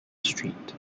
street